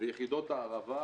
ויחידות הערבה,